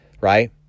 Right